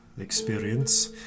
experience